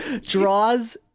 draws